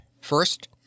First